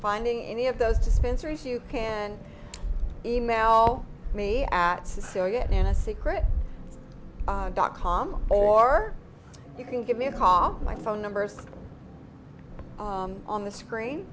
finding any of those dispensers you can email me at so again a secret dot com or you can give me a call my phone numbers on the screen